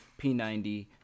p90